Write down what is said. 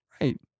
Right